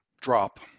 drop